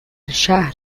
شهر